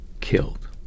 killed